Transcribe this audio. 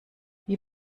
wie